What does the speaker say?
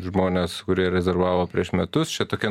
žmonės kurie rezervavo prieš metus čia tokia